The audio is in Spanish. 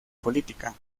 política